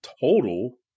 total